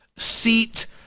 seat